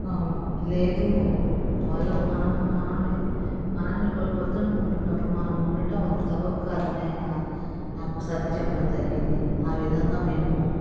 లేదు వాళ్ళు మనం మన మనల్ని వాళ్ళు వద్దనుకుంటున్నపుడు మనం ఉండటం అంత సబబు కాదు అని ఆయన నాకు సర్ది చెప్పడం జరిగింది ఆ విధంగా మేము